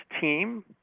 team